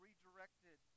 redirected